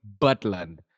butland